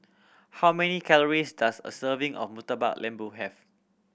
how many calories does a serving of Murtabak Lembu have